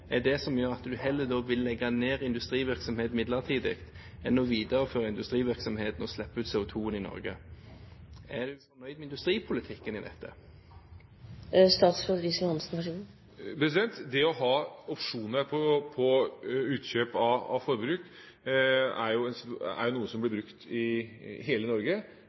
er det som gjør at en heller vil legge ned industrivirksomhet midlertidig, enn å videreføre industrivirksomheten og slippe ut CO2 i Norge. Er statsråden fornøyd med industripolitikken i dette? Det å ha opsjoner på utkjøp av forbruk er jo noe som blir brukt i hele Norge,